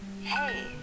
Hey